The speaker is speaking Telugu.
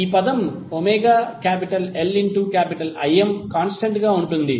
ఈ పదం ωLIm కాంస్టంట్ గా ఉంటుంది